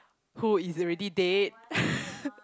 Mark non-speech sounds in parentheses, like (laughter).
who is already dead (laughs)